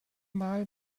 mal